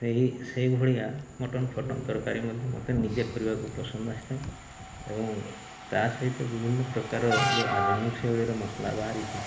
ସେଇ ସେଇଭଳିଆ ମଟନ୍ ଫଟନ୍ ତରକାରୀ ମଧ୍ୟ ମୋତେ ନିଜେ କରିବାକୁ ପସନ୍ଦ ଆସିଥାଏ ଏବଂ ତା ସହିତ ବିଭିନ୍ନ ପ୍ରକାର ଯେଉଁ ଆଧୁନିକ ଶୈଳୀର ମସଲା ବାହାରିଛି